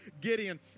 Gideon